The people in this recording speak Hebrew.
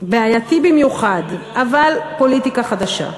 הבאמת-בעייתי במיוחד, אבל פוליטיקה חדשה.